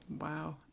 Wow